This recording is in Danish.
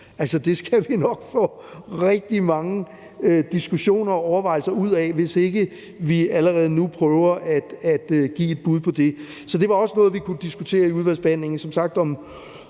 Det skal vi nok få rigtig mange diskussioner og overvejelser ud af, hvis ikke vi allerede nu prøver at give et bud på det. Så det var også noget, vi kunne diskutere i udvalgsbehandlingen.